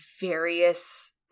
various